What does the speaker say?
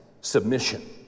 submission